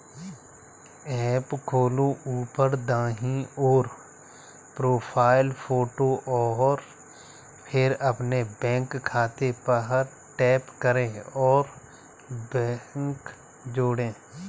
app खोलो, ऊपर दाईं ओर, प्रोफ़ाइल फ़ोटो और फिर अपने बैंक खाते पर टैप करें और बैंक जोड़ें